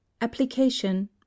application